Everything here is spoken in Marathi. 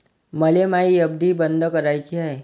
मले मायी एफ.डी बंद कराची हाय